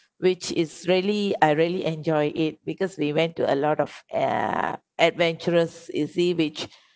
which is really I really enjoy it because they went to a lot of uh adventures you see which